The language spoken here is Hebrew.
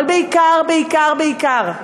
אבל בעיקר, בעיקר,